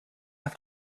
have